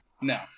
No